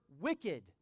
wicked